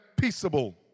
peaceable